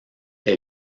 est